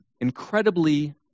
incredibly